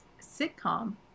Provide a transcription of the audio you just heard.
sitcom